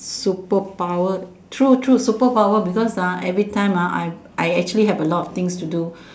superpower true true superpower because ah every time ah I I actually have a lot of things to do